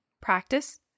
practice